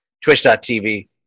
twitch.tv